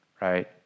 right